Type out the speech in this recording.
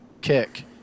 kick